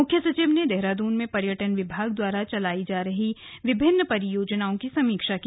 मुख्य सचिव ने देहरादून में पर्यटन विभाग द्वारा चलायी जा रहे विभिन्न परियोजनाओं की समीक्षा की